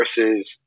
versus